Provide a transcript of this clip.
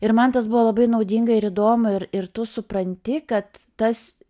ir man tas buvo labai naudinga ir įdomu ir tu supranti kad tas